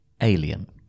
Alien